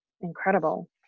Incredible